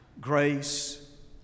grace